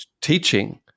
teaching